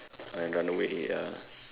and run away ya